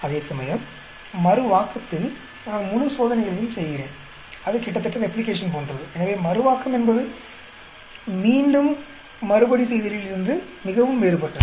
அதேசமயம் மறுவாக்கத்தில் நான் முழு சோதனைகளையும் செய்கிறேன் அது கிட்டத்தட்ட ரெப்ளிகேஷன் போன்றதுஎனவே மறுவாக்கம் என்பது மீண்டும் மறுபடிசெய்தலில் இருந்து மிகவும் வேறுபட்டது